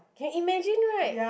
can imagine right